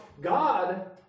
God